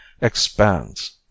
expands